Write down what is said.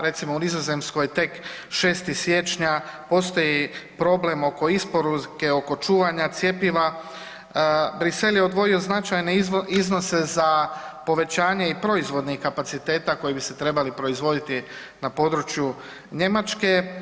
Recimo, u Nizozemskoj tek 6. siječnja, postoji problem oko isporuke, oko čuvanja cjepiva, Bruxelles je odvojio značajne iznose za povećanje i proizvodnih kapaciteta koji bi se trebali proizvoditi na području Njemačke.